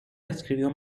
escribió